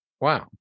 Wow